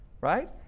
right